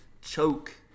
choke